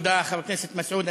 תודה, חבר הכנסת מסעוד.